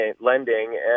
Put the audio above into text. Lending